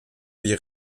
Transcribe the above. wie